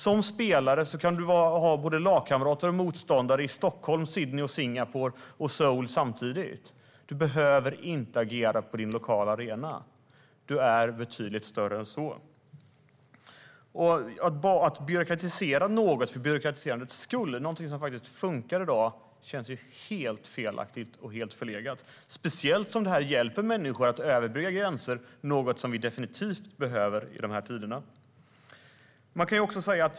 Som spelare kan du ha både lagkamrater och motståndare i Stockholm, Sydney, Singapore och Seoul samtidigt. Du behöver inte agera på din lokala arena. Du är betydligt större än så. Att byråkratisera något för byråkratiserandets skull, något som faktiskt fungerar, känns helt fel och helt förlegat, speciellt som e-sporten hjälper människor att överbrygga gränser, vilket vi definitivt behöver i dessa tider.